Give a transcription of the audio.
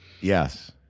Yes